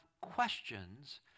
questions